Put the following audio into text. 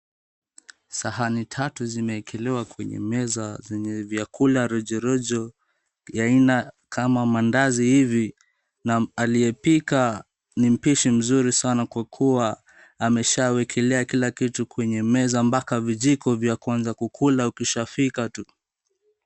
Sahani tatu zimeekelewa kwenye meza lenye vyakula rojo rojo ya aina kama mahandazi hivi na aliyepika ni mpishi mzuri sana kwa kuwa ameshawekelea kila kitu kwenye meza mpaka vijiko ukishafika unaanza kula tu.